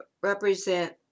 represent